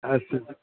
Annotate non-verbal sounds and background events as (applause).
(unintelligible)